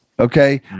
Okay